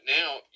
now